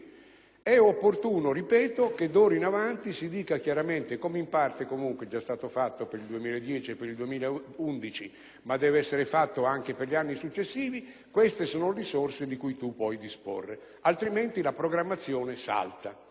è opportuno che d'ora in avanti si dica chiaramente, come in parte comunque è già stato fatto per il 2010 e per il 2011 ma deve essere fatto anche per gli anni successivi, quali sono le risorse di cui il Ministero può disporre, altrimenti la programmazione salta.